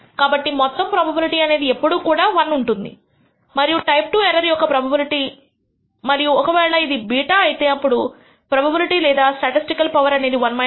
కాబట్టి మొత్తం ప్రోబబిలిటీ అనేది ఎప్పుడూ కూడా 1 ఉంటుంది మరియు టైప్ II ఎర్రర్ యొక్క ప్రోబబిలిటీ మరియు ఒక వేళ ఇది β అయితే అప్పుడు ప్రోబబిలిటీ లేదా స్టాటిస్టికల్ పవర్ అనేది 1 β